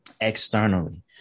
externally